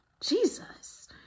Jesus